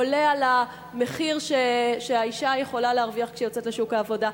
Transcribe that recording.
עולים על המחיר שהאשה יכולה להרוויח כשהיא יוצאת לשוק העבודה.